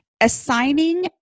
assigning